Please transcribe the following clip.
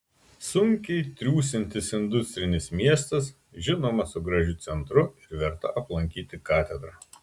sunkiai triūsiantis industrinis miestas žinoma su gražiu centru ir verta aplankyti katedra